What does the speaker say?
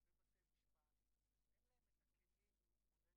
אני כאן כיוון שהעתיד חשוב יותר מן העבר.